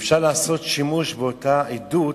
אפשר לעשות שימוש באותה עדות,